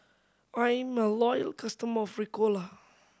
I'm a loyal customer of Ricola